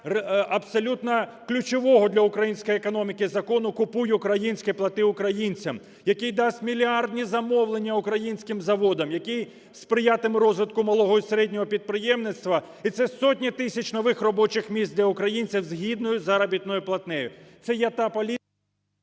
абсолютно ключового для української економіки закону "Купуй українське, плати українцям", який дасть мільярдні замовлення українським заводам, який сприятиме розвитку малого і середнього підприємництва, і це сотні тисяч нових робочих місць для українців з гідною заробітною платнею,